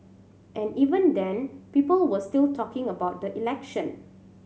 and even then people were still talking about the election